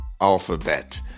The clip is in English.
alphabet